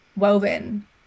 woven